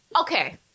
Okay